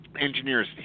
engineers